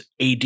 AD